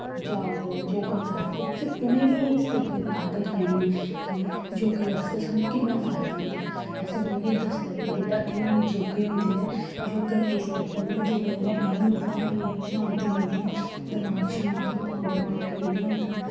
जा दे ऐ योग करा दे ऐ फिर उ'नें बी इस तरीके दी आदत पैनी ऐ कि योगे बास्तै सानूं किन्ना फायदा होंदा ऐ अस उ'नेंगी बी दसदे ऐ कि बेटा एह् एह् योगे होंदे ऐ योग इस तरीके दा होंदा ऐ योगै कन्नै एह् एह् मिलदा ऐ एह् एह् शांति मिलदी दमाक शांत होंदा दमाक इ'यां होंदा